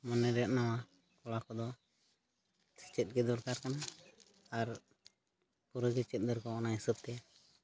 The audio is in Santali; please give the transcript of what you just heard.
ᱢᱚᱱᱮ ᱨᱮᱭᱟᱜ ᱱᱟᱣᱟ ᱠᱚᱲᱟ ᱠᱚᱫᱚ ᱥᱮᱪᱮᱫᱜᱮ ᱫᱚᱨᱠᱟᱨ ᱠᱟᱱᱟ ᱟᱨ ᱯᱩᱨᱟᱹᱜᱮ ᱪᱮᱫ ᱫᱚᱨᱠᱟᱨ ᱚᱱᱟ ᱦᱤᱥᱟᱹᱵᱽᱛᱮ